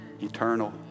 eternal